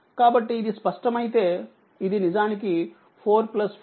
కాబట్టి ఇది స్పష్టమైతేఇదినిజానికి45